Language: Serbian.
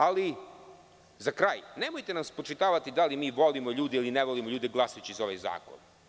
Ali, nemojte nam spočitavati da li mi volimo ili ne volimo ljude glasajući za ovaj zakon.